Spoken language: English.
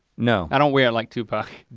no. i don't wear it like tupac.